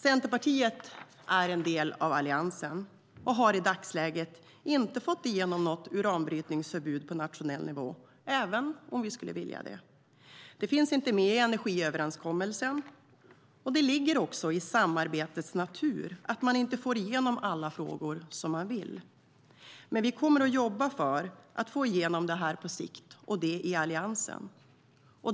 Centerpartiet är en del av Alliansen och har i dagsläget inte fått igenom något uranbrytningsförbud på nationell nivå, även om vi skulle vilja det. Det finns inte med i energiöverenskommelsen. Det ligger i samarbetets natur att man inte får igenom alla frågor som man vill. Vi kommer att jobba för att få igenom det på sikt, och det i Alliansen.